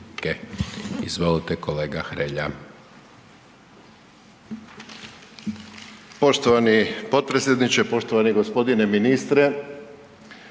Izvolite kolega Hrelja.